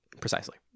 Precisely